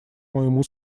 моему